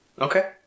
Okay